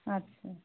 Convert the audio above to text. अच्छा